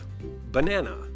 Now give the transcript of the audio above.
banana